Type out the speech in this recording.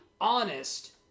honest